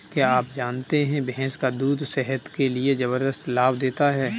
क्या आप जानते है भैंस का दूध सेहत के लिए जबरदस्त लाभ देता है?